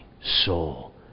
soul